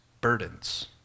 burdens